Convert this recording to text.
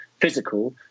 physical